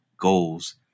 goals